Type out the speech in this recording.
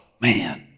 man